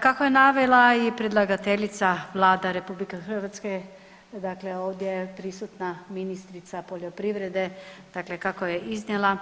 Kako je navela i predlagateljica Vlade RH dakle ovdje prisutna ministrica poljoprivrede dakle kako je iznijela,